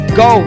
go